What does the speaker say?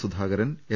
Sudhakaran M